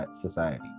society